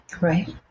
Right